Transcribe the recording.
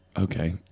okay